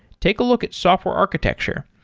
take a look at software architecture.